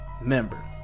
member